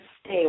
stay